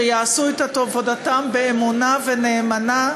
שיעשו את עבודתם באמונה ונאמנה,